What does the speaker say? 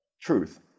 truth